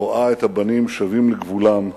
הרואה את הבנים שבים לגבולם,